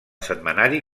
setmanari